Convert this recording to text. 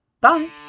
Bye